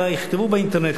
אלא יכתבו באינטרנט,